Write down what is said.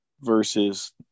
versus